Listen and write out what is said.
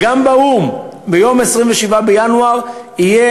גם במועצת אירופה וגם באו"ם.